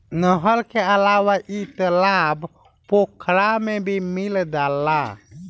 नहर के अलावा इ तालाब पोखरा में भी मिल जाला